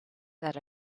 that